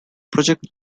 project